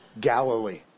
Galilee